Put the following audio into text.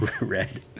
red